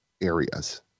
areas